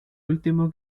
último